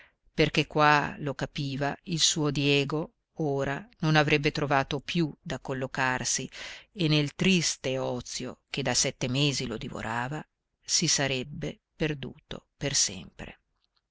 perché qua lo capiva il suo diego ora non avrebbe trovato più da collocarsi e nel triste ozio che da sette mesi lo divorava si sarebbe perduto per sempre